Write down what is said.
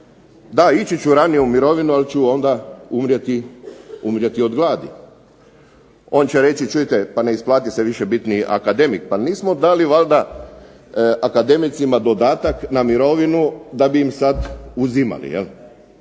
Da ići ću ranije u mirovinu, ali ću onda umrijeti od gladi. On će reći čujte, pa ne isplati se više biti ni akademik. Pa nismo dali valjda akademicima dodatak na mirovinu da bi im sad uzimali. Ali